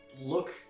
look